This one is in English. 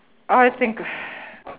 I think